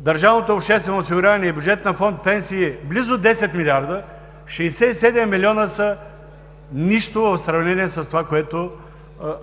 държавното обществено осигуряване и бюджет на Фонд „пенсии“ близо 10 млрд. 67 млн. са нищо в сравнение с това, което